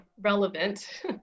relevant